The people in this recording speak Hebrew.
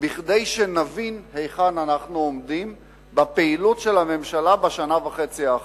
כדי שנבין היכן אנחנו עומדים בפעילות של הממשלה בשנה וחצי האחרונות.